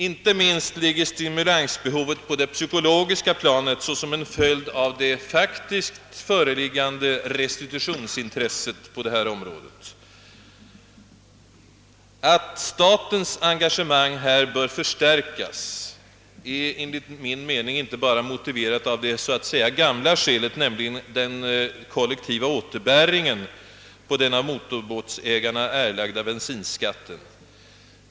Inte minst ligger stimulansbehovet på det psykologiska planet såsom en följd av det faktiskt föreliggande restitutionsintresset på detta område. Att statens engagemang i detta avseende bör förstärkas är enligt min mening inte bara motiverat av det gamla skälet, alltså den kollektiva återbäringen på den av motorbåtsägarna erlagda bensinskatten.